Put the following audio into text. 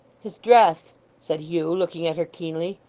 his dress said hugh, looking at her keenly,